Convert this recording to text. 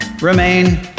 remain